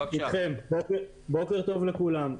בוקר טוב לכולם.